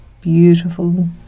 Beautiful